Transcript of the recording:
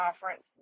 conference